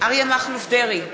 אריה מכלוף דרעי,